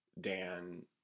Dan